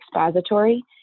expository